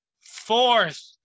Fourth